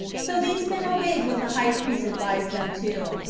so these men obeyed what the high priest advised them to,